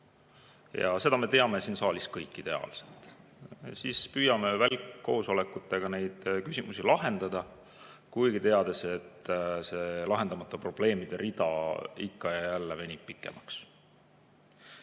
Ja seda me teame siin saalis kõik ideaalselt. Siis me püüame välkkoosolekutega neid küsimusi lahendada, kuigi teame, et lahendamata probleemide rida ikka ja jälle venib pikemaks.